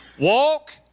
Walk